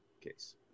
case